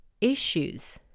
issues